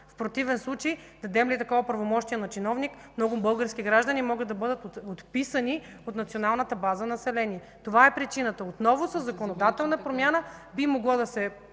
акт за смърт. Дадем ли такова правомощие на чиновник, много български граждани могат да бъдат отписани от Национална база „Население”. Това е причината. Със законодателна промяна би могло да се